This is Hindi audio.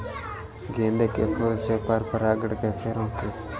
गेंदे के फूल से पर परागण कैसे रोकें?